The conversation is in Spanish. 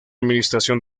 administración